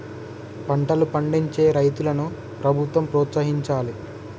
పంటలు పండించే రైతులను ప్రభుత్వం ప్రోత్సహించాలి